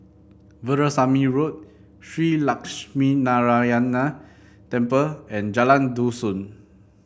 Veerasamy Road Shree Lakshminarayanan Temple and Jalan Dusun